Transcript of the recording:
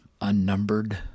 unnumbered